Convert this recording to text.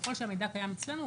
ככל שהמידע קיים אצלנו,